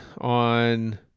on